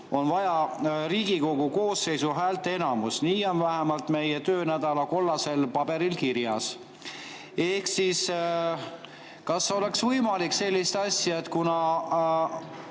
on vaja Riigikogu koosseisu häälteenamust. Nii on vähemalt meie töönädala kollasel paberil kirjas. Kas oleks võimalik selline asi, et kuna